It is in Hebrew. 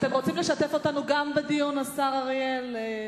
אתם רוצים לשתף אותנו גם בדיון, השר אריאל אטיאס?